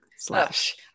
slash